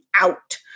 out